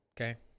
Okay